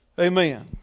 Amen